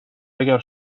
اگه